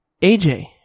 AJ